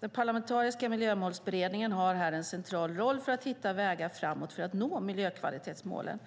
Den parlamentariska Miljömålsberedningen har här en central roll för att hitta vägar framåt för att nå miljökvalitetsmålen.